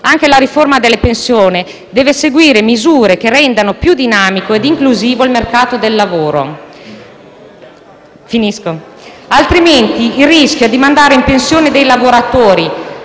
Anche la riforma delle pensioni deve seguire misure che rendano più dinamico ed inclusivo il mercato del lavoro, altrimenti il rischio è di mandare in pensione dei lavoratori,